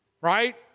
right